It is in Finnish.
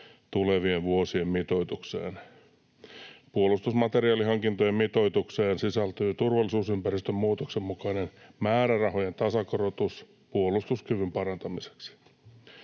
tulevien vuosien mitoitukseen. Puolustusmateriaalihankintojen mitoitukseen sisältyy turvallisuusympäristön muutoksen mukainen määrärahojen tasokorotus puolustuskyvyn parantamiseksi.